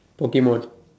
Pokemon